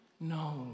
No